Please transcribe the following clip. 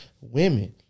women